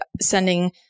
sending